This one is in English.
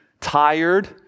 tired